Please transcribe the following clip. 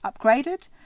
upgraded